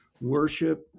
worship